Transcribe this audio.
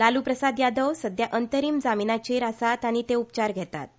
लालू प्रसाद यादव सद्या अंतरीम जामिनाचेर आसात आनी ते उपचार घेतात